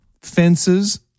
Fences